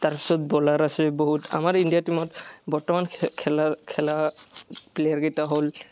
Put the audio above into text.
তাৰপিছত বলাৰ আছে বহুত আমাৰ ইণ্ডিয়া টিমত বৰ্তমান খেলৰ খেলা প্লেয়াৰকেইটা হ'ল